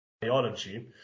biology